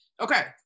Okay